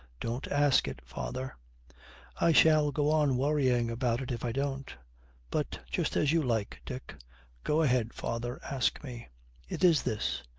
don't ask it, father i shall go on worrying about it if i don't but just as you like, dick go ahead, father ask me it is this.